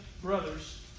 brothers